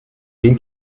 zehn